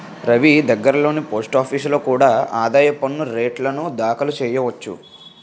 రవీ దగ్గర్లోని పోస్టాఫీసులో కూడా ఆదాయ పన్ను రేటర్న్లు దాఖలు చెయ్యొచ్చు